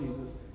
Jesus